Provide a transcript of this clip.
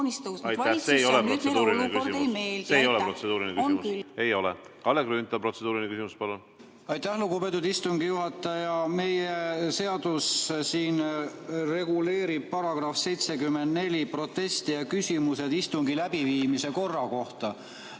See ei ole protseduuriline küsimus.